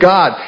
God